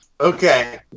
okay